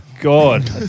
God